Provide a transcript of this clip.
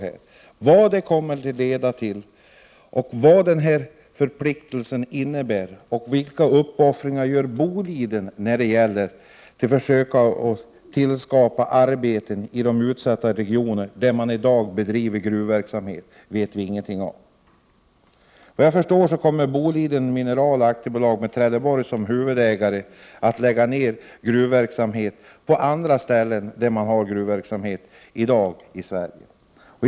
Vi vet ingenting om vad det här kommer att leda till, vad den här förpliktelsen innebär och vilka uppoffringar Boliden Mineral gör när det gäller försök att tillskapa arbeten i de utsatta regioner där man i dag bedriver gruvverksamhet. Såvitt jag förstår så kommer Boliden Mineral, med Trelleborg som huvudägare, att lägga ner gruvverksamheten på andra orter i Sverige där man 119 i dag bedriver gruvverksamhet.